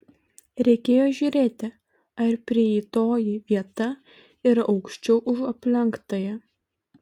reikėjo žiūrėti ar prieitoji vieta yra aukščiau už aplenktąją